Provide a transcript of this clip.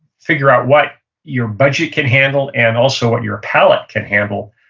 figure out what your budget can handle, and also, what your palate can handle.